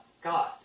God